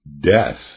Death